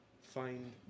find